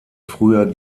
früher